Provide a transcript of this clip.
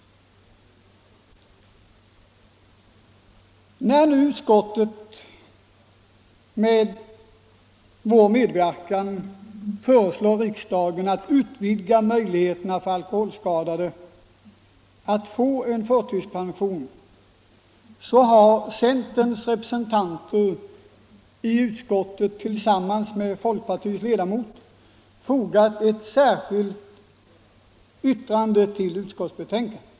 När nu utskottet med vår medverkan föreslår riksdagen att utvidga möjligheterna för alkoholskadade att erhålla förtidspension har centerns representanter i utskottet tillsammans med folkpartiets ledamot fogat ett särskilt yttrande till utskottsbetänkandet.